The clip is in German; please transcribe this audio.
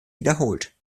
wiederholt